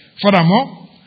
furthermore